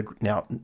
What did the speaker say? Now